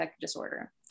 disorder